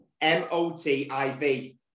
M-O-T-I-V